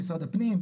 עם משרד הפנים,